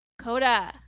Coda